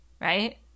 right